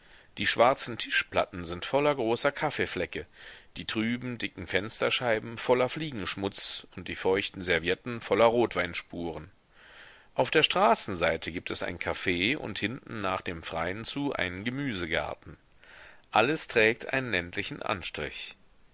die schwarzen tischplatten sind voller großer kaffeeflecke die trüben dicken fensterscheiben voller fliegenschmutz und die feuchten servietten voller rotweinspuren auf der straßenseite gibt es ein caf und hinten nach dem freien zu einen gemüsegarten alles trägt einen ländlichen anstrich